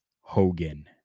Hogan